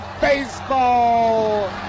Baseball